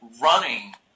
running